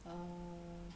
err